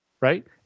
right